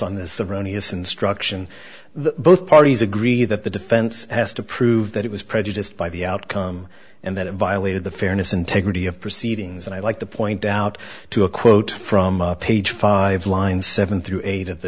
on this erroneous instruction the both parties agree that the defense has to prove that it was prejudiced by the outcome and that it violated the fairness integrity of proceedings and i'd like to point out to a quote from page five line seven through eight of th